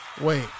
Wait